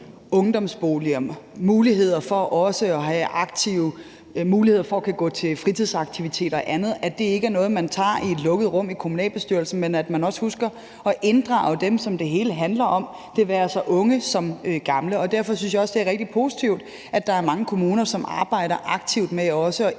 ungdomsboliger, muligheder for at kunne gå til fritidsaktiviteter og andet, er det ikke noget, man tager i et lukket rum i kommunalbestyrelsen, men at man også husker at inddrage dem, som det hele handler om. Det være sig unge som gamle. Derfor synes jeg også, det er rigtig positivt, at der er mange kommuner, som arbejder aktivt med også at